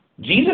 Jesus